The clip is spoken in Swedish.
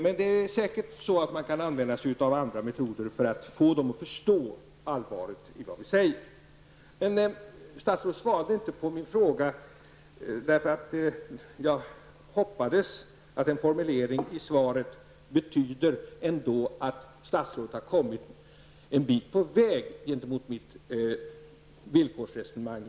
Men man kan säkert använda sig av andra metoder för att få mottagarlandet att förstå allvaret i det vi säger. Statsrådet svarade inte på min fråga. Jag hoppas att en formulering i svaret ändå betyder att statsrådet har kommit en bit på väg mot mitt villkorsresonemang.